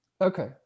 Okay